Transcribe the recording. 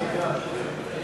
חלוקת זכויות פנסיה בין